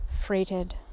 freighted